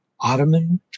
Ottoman